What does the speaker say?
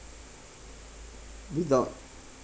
without